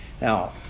Now